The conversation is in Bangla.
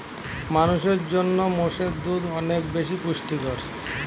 মানুষের জন্য মোষের দুধ অনেক বেশি পুষ্টিকর